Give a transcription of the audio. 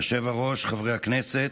היושב-ראש, חברי הכנסת,